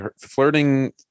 flirting